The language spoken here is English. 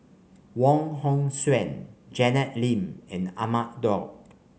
Wong Hong Suen Janet Lim and Ahmad Daud